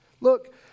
Look